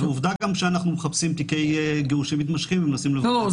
ועובדה גם שאנחנו מחפשים תיקי גירושין מתמשכים ומנסים --- לא,